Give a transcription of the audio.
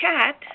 chat